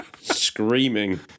screaming